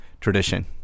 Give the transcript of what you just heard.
tradition